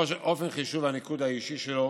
אופן חישוב הניקוד האישי שלו